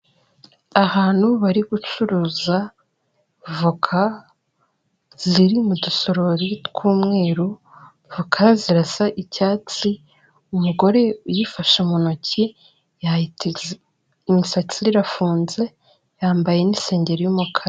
Ahantu bari gucuruza voka ziri mu dusorori tw'umweru, voka zirasa icyatsi, umugore uyifashe mu ntoki imisatsi ye irafunze, yambaye n'isengeri y'umukara.